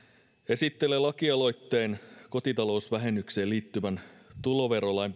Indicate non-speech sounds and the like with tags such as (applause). esittelen lakialoitteen kotitalousvähennykseen liittyvän tuloverolain (unintelligible)